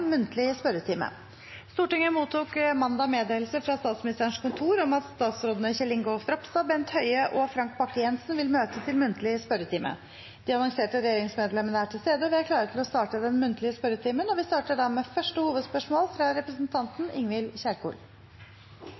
Stortinget mottok mandag meddelelse fra Statsministerens kontor om at statsrådene Kjell Ingolf Ropstad, Bent Høie og Frank Bakke-Jensen vil møte til muntlig spørretime. De annonserte regjeringsmedlemmene er til stede, og vi er klare til å starte den muntlige spørretimen. Vi starter med første hovedspørsmål, fra representanten Ingvild Kjerkol.